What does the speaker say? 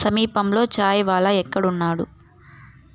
సమీపంలో చాయ్ వాలా ఎక్కడ ఉన్నాడు